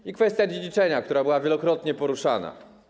I kwestia dziedziczenia, która była wielokrotnie poruszana.